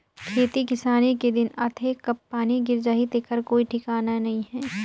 खेती किसानी के दिन आथे कब पानी गिर जाही तेखर कोई ठिकाना नइ हे